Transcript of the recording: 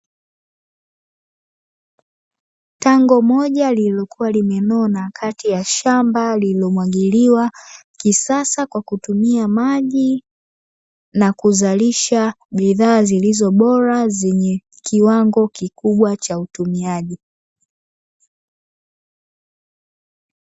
Tango moja lilikuwa limenona kati ya shamba lililomwagiliwa kisasa kwa kutumia maji na kuzalisha bidhaa zilizo bora kuzalisha zenye kiwango kikubwa cha utumiaji.